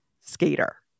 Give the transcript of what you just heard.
skater